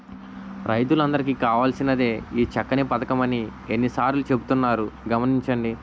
రైతులందరికీ కావాల్సినదే ఈ చక్కని పదకం అని ఎన్ని సార్లో చెబుతున్నారు గమనించండి